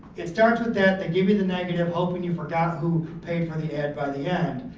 it starts with that they give you the negative hoping you forgot who paid for the ad by the end.